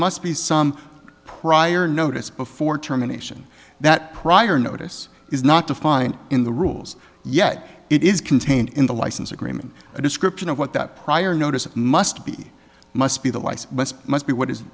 must be some prior notice before terminations that prior notice is not defined in the rules yet it is contained in the license agreement a description of what that prior notice must be must be the life must be what is